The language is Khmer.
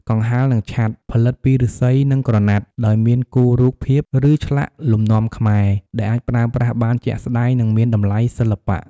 កង្ហារ និងឆ័ត្រ ផលិតពីឫស្សី និងក្រណាត់ ដោយមានគូរូបភាព ឬឆ្លាក់លំនាំខ្មែរ ដែលអាចប្រើប្រាស់បានជាក់ស្តែង និងមានតម្លៃសិល្បៈ។